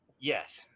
yes